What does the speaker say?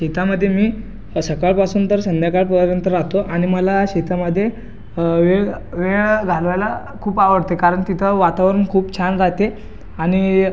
शेतामध्ये मी सकाळपासून तर संध्याकाळपर्यंत राहतो आणि मला शेतामध्ये वेळ वेळ घालवायला खूप आवडते कारण तिथं वातावरण खूप छान राहते आणि